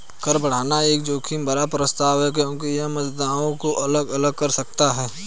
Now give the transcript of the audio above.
कर बढ़ाना एक जोखिम भरा प्रस्ताव है क्योंकि यह मतदाताओं को अलग अलग कर सकता है